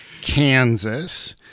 Kansas